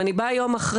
אם אני באה יום אחרי,